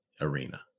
arena